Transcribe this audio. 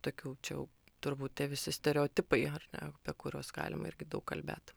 tokių čia jau turbūt tie visi stereotipai ar ne apie kurios galima irgi daug kalbėt